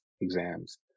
exams